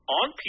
on